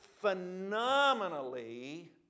phenomenally